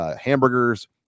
hamburgers